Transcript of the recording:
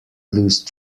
lose